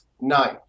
Nine